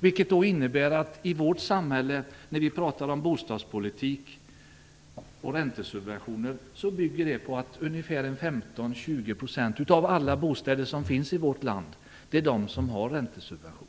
Det innebär att när vi i vårt samhälle talar om bostadspolitik och räntesubventioner bygger det på att 15-20 % av alla bostäder i vårt land har räntesubventioner.